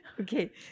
Okay